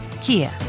kia